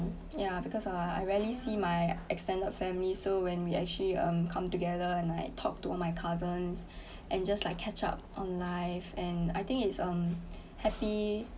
ya because I rarely see my extended family so when we actually um come together and I talk to on my cousins and just like catch up on life and I think it's a happy